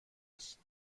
است